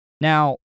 Now